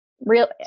real